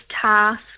task